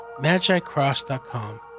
magicross.com